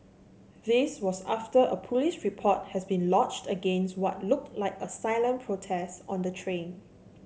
this was after a police report has been lodged against what looked like a silent protest on the train